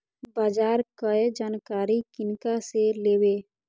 बाजार कै जानकारी किनका से लेवे?